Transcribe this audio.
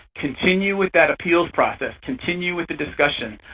continue with that appeals process. continue with the discussion.